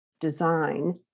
design